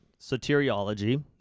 soteriology